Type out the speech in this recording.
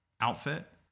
outfit